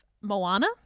Moana